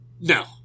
No